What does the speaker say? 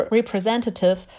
representative